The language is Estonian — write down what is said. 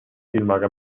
silmaga